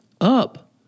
up